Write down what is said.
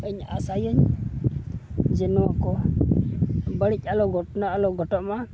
ᱤᱧ ᱟᱥᱟᱭᱟᱹᱧ ᱡᱮ ᱱᱚᱣᱟ ᱠᱚ ᱵᱟᱹᱲᱤᱡ ᱟᱞᱚ ᱜᱚᱴᱚᱱᱟ ᱟᱞᱚ ᱜᱚᱴᱟᱜ ᱢᱟ